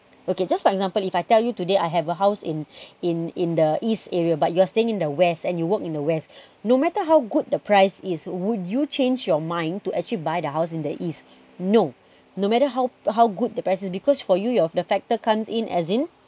okay just for example if I tell you today I have a house in in in the east area but you are staying in the west and you work in the west no matter how good the price is would you change your mind to actually buy the housing in the east no no matter how how good the price is because for you your the factor comes in as in